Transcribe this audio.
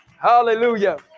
Hallelujah